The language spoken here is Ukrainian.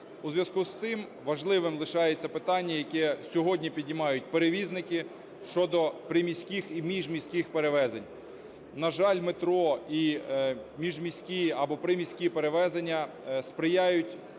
У зв'язку з цим важливим лишається питання, яке сьогодні піднімають перевізники, щодо приміських і міжміських перевезень. На жаль, метро і міжміські або приміські перевезення сприяють